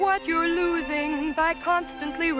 what you're losing by constantly